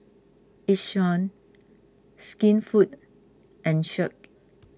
Yishion Skinfood and Schick